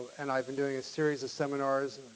and i've been doing a series of seminars,